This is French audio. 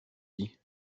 dis